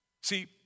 See